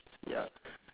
ya